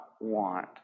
want